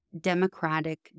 Democratic